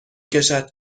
کشد